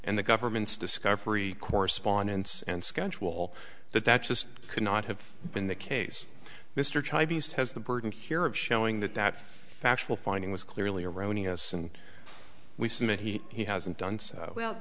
and the government's discovery correspondence and schedule that that just could not have been the case mr chivied has the burden here of showing that that factual finding was clearly erroneous and we've seen that he hasn't done so well